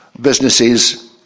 businesses